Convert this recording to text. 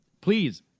please